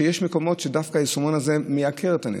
שיש מקומות שבהם היישומון הזה דווקא מייקר את הנסיעה.